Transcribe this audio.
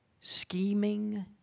scheming